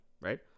Right